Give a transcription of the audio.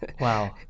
Wow